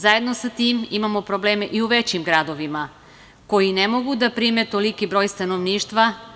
Zajedno sa tim imamo probleme i u većim gradovima koji ne mogu da prime toliki broj stanovništva.